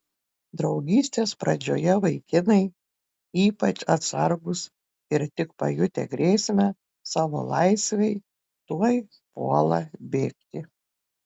draugystės pradžioje vaikinai ypač atsargūs ir tik pajutę grėsmę savo laisvei tuoj puola bėgti